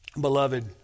Beloved